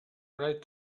right